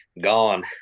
Gone